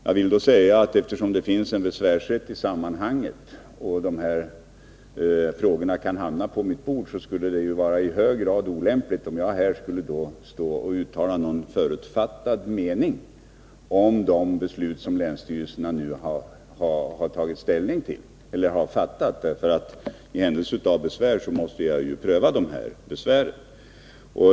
Jag vill då säga att eftersom det i det här sammanhanget finns en besvärsrätt och de här frågorna kan hamna på mitt bord, skulle det vara i hög grad olämpligt om jag nu skulle uttala förutfattade meningar om de beslut som länsstyrelserna fattat. I händelse av besvär måste jag ju pröva de olika besvärsärendena.